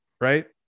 right